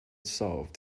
solved